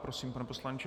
Prosím, pane poslanče.